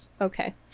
Okay